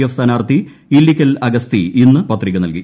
F സ്ഥാനാർത്ഥി ഇല്ലിക്കൽ ആഗസ്തി ഇന്ന് പത്രിക നൽകി